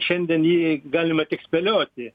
šiandien jį galima tik spėlioti